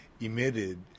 emitted